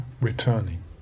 Returning